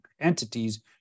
entities